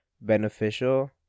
beneficial